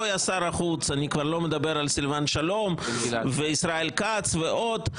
היה שר החוץ; אני כבר לא מדבר על סילבן שלום וישראל כץ ועוד.